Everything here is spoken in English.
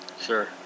Sure